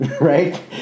right